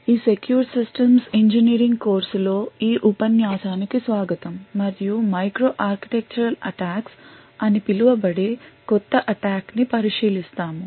ఈ secure systems engineering కోర్సులో ఈ ఉపన్యాసానికి స్వాగతం మరియు మైక్రో ఆర్కిటెక్చరల్ అటాక్స్ అని పిలువబడే కొత్త అటాక్ ని పరిశీలిస్తాము